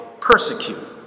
persecute